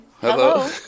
Hello